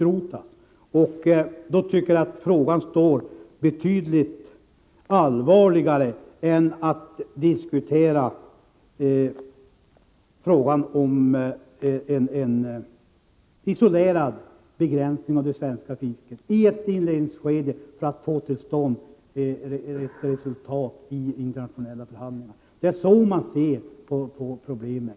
Den här frågan framstår i detta perspektiv som betydligt mer allvarlig än frågan om en isolerad begränsning av det svenska fisket i ett inledningsskede för att få till stånd ett resultat vid internationella förhandlingar. Det är så man ser på problemet.